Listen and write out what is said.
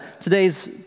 today's